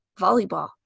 volleyball